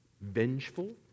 Vengeful